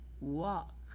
walk